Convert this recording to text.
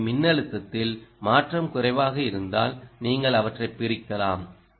எனவே மின்னழுத்தத்தில் மாற்றம் குறைவாக இருந்தால் நீங்கள் அவற்றைப் பிரிக்கலாம்